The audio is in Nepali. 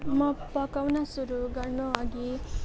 म पकाउन सुरु गर्नअघि